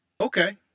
okay